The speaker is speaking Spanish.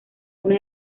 una